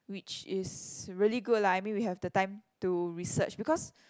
which is really good lah I mean we have the time to research because